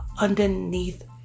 underneath